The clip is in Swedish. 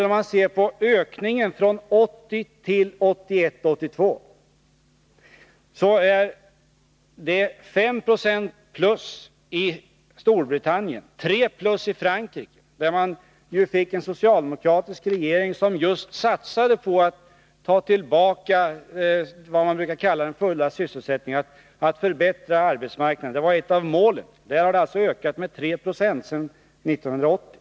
Om man ser till ökningen från 1980 till 1981/82, finner man att det är plus 5 Je i Storbritannien. I Frankrike — där man ju fick en socialdemokratisk regering som satsade alldeles särskilt på att förbättra arbetsmarknaden — har arbetslösheten ökat med 3 26 sedan 1980.